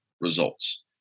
results